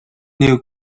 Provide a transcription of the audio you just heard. new